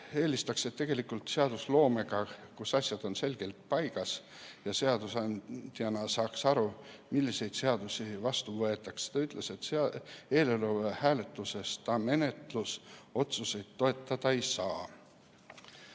eelistaks tegelikult seadusloomet, kus asjad on selgelt paigas ja seadusandja saaks aru, milliseid seadusi vastu võetakse. Ta ütles, et selle eelnõu hääletuses ta menetlusotsuseid toetada ei